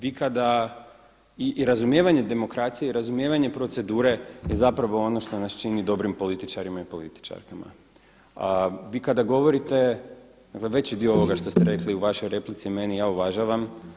Vi kada, i razumijevanje demokracije i razumijevanje procedure je zapravo ono što nas čini dobrim političarima i političarkama, vi kada govorite, dakle veći dio ovoga što ste rekli u vašoj replici meni ja uvažavam.